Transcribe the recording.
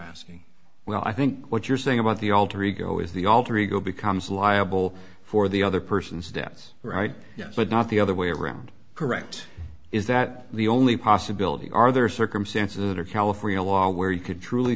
asking well i think what you're saying about the alter ego is the alter ego becomes liable for the other person's debts right yes but not the other way around correct is that the only possibility are there circumstances or california law where you could truly